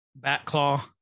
Batclaw